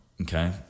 Okay